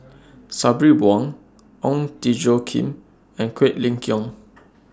Sabri Buang Ong Tjoe Kim and Quek Ling Kiong